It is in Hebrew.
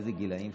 איזה גילים?